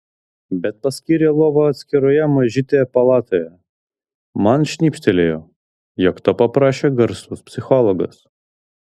bet paskyrė lovą atskiroje mažytėje palatoje man šnibžtelėjo jog to paprašė garsus psichologas